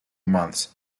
months